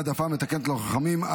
העדפה מתקנת ללוחמים),